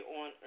on